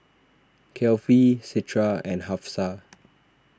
Kefli Citra and Hafsa